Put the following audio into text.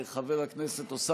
חבר הכנסת אליהו ברוכי,